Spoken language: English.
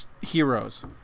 heroes